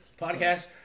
podcast